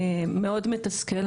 מאוד מתסכל.